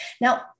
Now